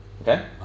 Okay